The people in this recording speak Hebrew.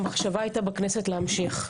המחשבה הייתה בכנסת להמשיך.